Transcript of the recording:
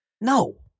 No